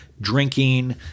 drinking